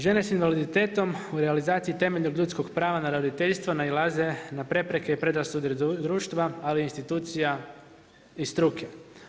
Žene sa invaliditetom u realizaciji temeljnog ljudskog prava na roditeljstvo nailaze na prepreke i predrasude društva, ali institucija i struke.